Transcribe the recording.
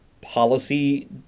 policy